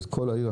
ואת כל העיר,